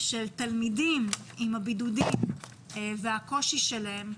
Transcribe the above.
של תלמידים עם הבידודים הקושי שלהם.